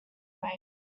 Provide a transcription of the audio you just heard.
way